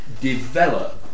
develop